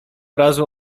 razu